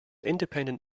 independent